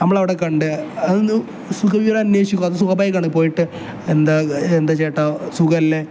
നമ്മൾ അവിടെ കണ്ടു അതൊന്ന് സുഖവിവരം അന്വേഷിക്കും അത് സ്വാഭാവികമാണ് പോയിട്ട് എന്താണ് എന്താണ് ചേട്ടാ സുഖമല്ലേ